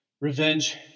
revenge